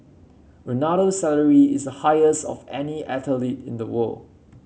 Ronaldo's salary is a highest of any athlete in the world